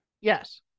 Yes